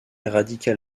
radical